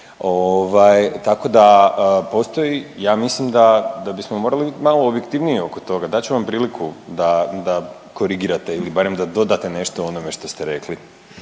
tako da, postoji, ja mislim da, da bismo morali biti malo objektivniji oko toga. Dat ću vam priliku da korigirate ili barem da dodate nešto onome što ste rekli.